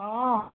ହଁ